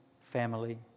family